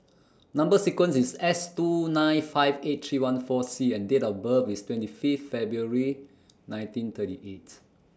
Number sequence IS S two nine five eight three one four C and Date of birth IS twenty Fifth February nineteen thirty eight